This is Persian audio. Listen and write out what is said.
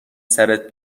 سرت